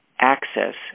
access